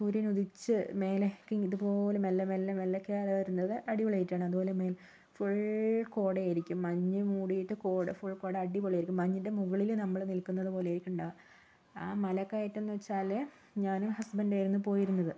സൂര്യനുദിച്ച് മേലെ ഒക്കെ ഇതുപോലെ മെല്ലെ മെല്ലെ മെല്ലെക്കെയാണ് വരുന്നത് അടിപൊളിയായിട്ടാണ് അതുപോലെ മേ ഫുൾ കോടയായിരിക്കും മഞ്ഞു മൂടിയിട്ട് കോട ഫുൾ കോട അടിപൊളിയായിരിക്കും മഞ്ഞിൻ്റെ മുകളില് നമ്മൾ നിൽക്കുന്നതു പോലെ ഒക്കെയുണ്ട് മല കയറ്റംന്ന് വച്ചാല് ഞാനും ഹസ്ബഡായിരുന്നു പോയിരുന്നത്